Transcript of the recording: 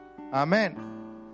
Amen